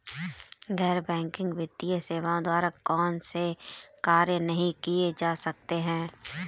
गैर बैंकिंग वित्तीय सेवाओं द्वारा कौनसे कार्य नहीं किए जा सकते हैं?